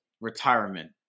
retirement